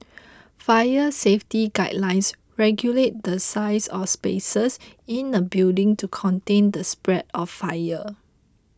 fire safety guidelines regulate the size of spaces in a building to contain the spread of fire